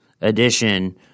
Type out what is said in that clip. edition